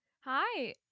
Hi